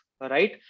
right